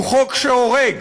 הוא חוק שהורג.